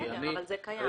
בסדר, אבל זה קיים.